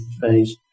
phase